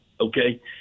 okay